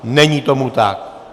Není tomu tak.